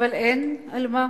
אבל אין על מה.